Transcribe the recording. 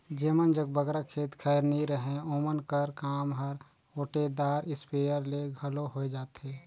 जेमन जग बगरा खेत खाएर नी रहें ओमन कर काम हर ओटेदार इस्पेयर ले घलो होए जाथे